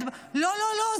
לא לא לא,